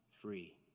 free